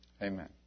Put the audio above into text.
Amen